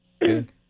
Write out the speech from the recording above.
good